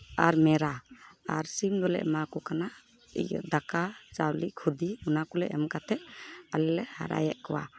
ᱟᱨ ᱢᱮᱨᱟ ᱟᱨ ᱥᱤᱢ ᱫᱚᱞᱮ ᱮᱢᱟ ᱠᱚ ᱠᱟᱱᱟ ᱤᱭᱟᱹ ᱫᱟᱠᱟ ᱪᱟᱣᱞᱮ ᱠᱷᱚᱫᱮ ᱚᱱᱟ ᱠᱚᱞᱮ ᱮᱢ ᱠᱟᱛᱮᱫ ᱟᱞᱮᱞᱮ ᱦᱟᱨᱟᱭᱮᱫ ᱠᱚᱣᱟ